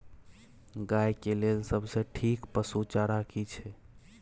गाय के लेल सबसे ठीक पसु चारा की छै?